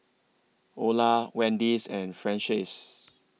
Ola Wendis and Francies